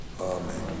Amen